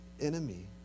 enemy